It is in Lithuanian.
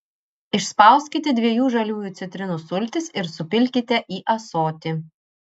išspauskite dviejų žaliųjų citrinų sultis ir supilkite į ąsotį